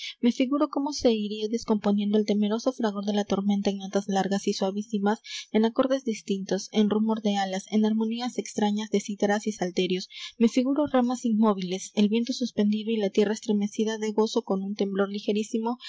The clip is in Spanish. me figuro cómo se iría descomponiendo el temeroso fragor de la tormenta en notas largas y suavísimas en acordes distintos en rumor de alas en armonías extrañas de cítaras y salterios me figuro ramas inmóviles el viento suspendido y la tierra estremecida de gozo con un temblor ligerísimo al